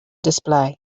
display